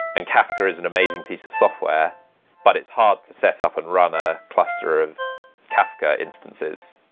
and kafka is an amazing piece of software but it's hard to set up and run a cluster of kafka instances.